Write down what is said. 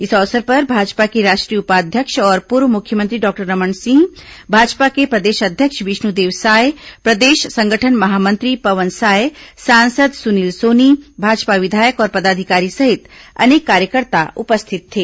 इस अवसर पर भाजपा के राष्ट्रीय उपाध्यक्ष और पूर्व मुख्यमंत्री डॉक्टर रमन सिंह भाजपा के प्रदेश अध्यक्ष विष्णुदेव साय प्रदेश संगठन महामंत्री पवन साय सांसद सुनील सोनी भाजपा विधायक और पदाधिकारी सहित अनेक कार्यकर्ता उपस्थित थे